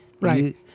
Right